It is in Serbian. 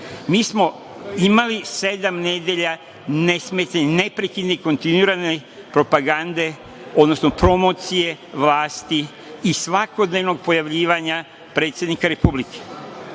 Mi smo imali sedam nedelja nesmetani, neprekidni kontinuirane propagande, odnosno promocije vlasti i svakodnevnog pojavljivanja predsednika Republike. Jovan